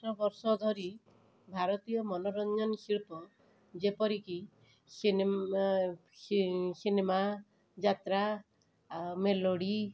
ବର୍ଷବର୍ଷ ଧରି ଭାରତୀୟ ମନୋରଞ୍ଜନ ଶିଳ୍ପ ଯେପରିକି ସିନେମା ଯାତ୍ରା ଆ ମେଲୋଡ଼ି